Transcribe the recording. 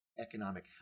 economic